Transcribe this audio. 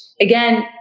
again